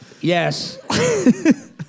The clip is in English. Yes